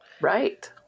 Right